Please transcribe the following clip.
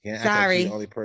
Sorry